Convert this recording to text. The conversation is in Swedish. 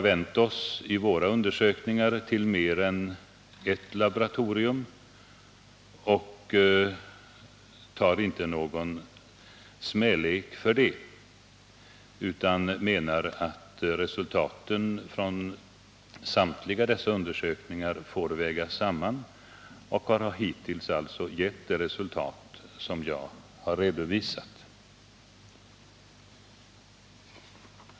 Man har i undersökningarna vänt sig till mer än ett laboratorium, och vi menar att resultaten från samtliga dessa undersökningar får vägas samman och att de hittills har gett det resultat som jag har redovisat.